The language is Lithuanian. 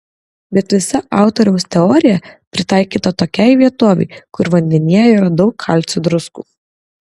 bet visa autoriaus teorija pritaikyta tokiai vietovei kur vandenyje yra daug kalcio druskų